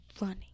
running